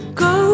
go